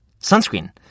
Sunscreen